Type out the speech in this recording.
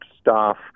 staff